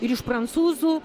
ir iš prancūzų